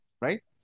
right